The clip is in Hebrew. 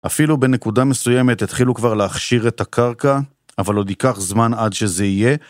אפילו בנקודה מסוימת התחילו כבר להכשיר את הקרקע, אבל עוד ייקח זמן עד שזה יהיה.